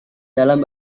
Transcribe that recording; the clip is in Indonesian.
dalam